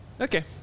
Okay